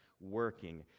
working